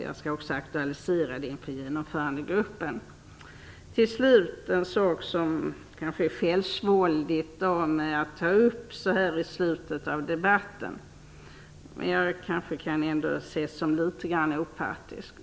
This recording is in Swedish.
Jag skall aktualisera det i Genomförandegruppen. Till slut en sak som det kanske är litet självsvåldigt av mig att ta upp så här i slutet av debatten, men jag kanske kan betraktas som litet grand opartisk.